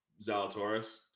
Zalatoris